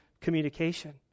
communication